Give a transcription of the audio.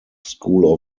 school